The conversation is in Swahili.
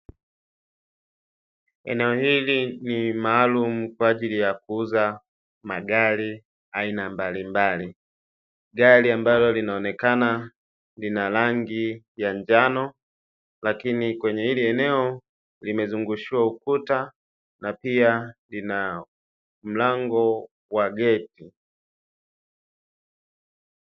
Eneo hili ni maalumu kwa ajili ya kuuza magari aina mbalimbali, gari ambalo linaonekana lina rangi ya njano. Lakini kwenye hili eneo limezungushiwa ukuta na pia lina mlango wa geti.